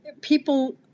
People